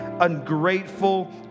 ungrateful